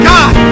God